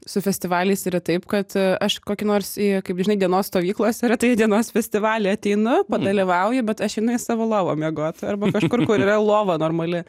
su festivaliais yra taip kad aš kokį nors į kaip žinai dienos stovyklos yra tai į dienos festivalį ateinu padalyvauju bet aš einu į savo lovą miegot arba kažkur kur yra lova normali